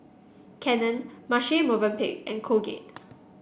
Canon Marche Movenpick and Colgate